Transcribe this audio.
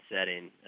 setting